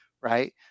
right